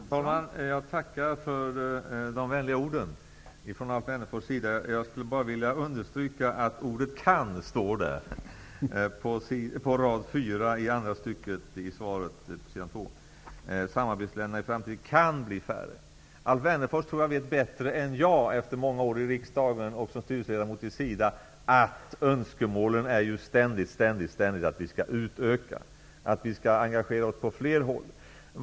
Fru talman! Jag tackar för de vänliga orden från Alf Wennerfors. Jag vill bara understryka att ordet kan också står där på rad 4 i andra stycket på s. 2 i svaret, dvs. att samarbetsländerna i framtiden kan bli färre. Jag tror att Alf Wennerfors efter många år i riksdagen och som styrelseledamot i SIDA vet bättre än jag att önskemålet ständigt är att vi skall utöka och engagera oss på fler håll.